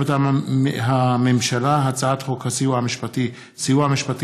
מטעם הממשלה: הצעת חוק הסיוע המשפטי (סיוע משפטי